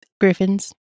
Griffins